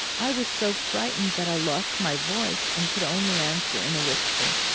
i was so frightened that i lost my voice and could only answer in a whisper,